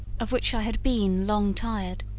of which i had been long tired,